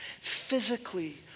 Physically